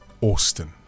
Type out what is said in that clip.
Austin